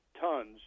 tons